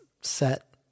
set